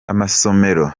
amasomero